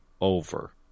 over